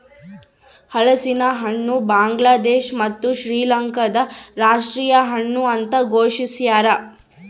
ಹಲಸಿನಹಣ್ಣು ಬಾಂಗ್ಲಾದೇಶ ಮತ್ತು ಶ್ರೀಲಂಕಾದ ರಾಷ್ಟೀಯ ಹಣ್ಣು ಅಂತ ಘೋಷಿಸ್ಯಾರ